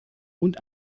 und